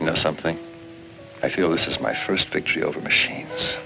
you know something i feel this is my first victory over machine